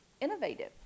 Innovative